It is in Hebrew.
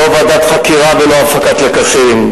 לא ועדת חקירה ולא הפקת לקחים,